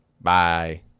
Bye